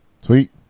Sweet